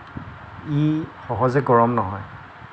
ই সহজে গৰম নহয়